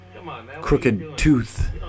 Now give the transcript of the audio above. crooked-tooth